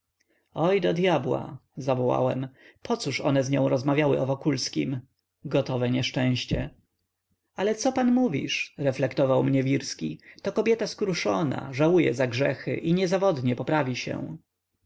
wielkiemi pochwałami oj do dyabła zawołałem pocóż one z nią rozmawiały o wokulskim gotowe nieszczęście ale co pan mówisz reflektował mnie wirski to kobieta skruszona żałuje za grzechy i niezawodnie poprawi się